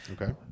Okay